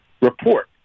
Report